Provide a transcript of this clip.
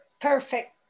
Perfect